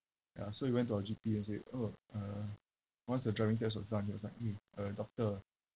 ya so he went to our G_P and say orh uh once the driving test was done he was like hmm uh doctor